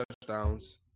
touchdowns